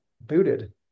booted